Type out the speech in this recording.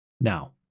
now